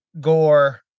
gore